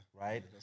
right